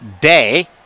day